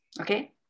okay